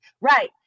Right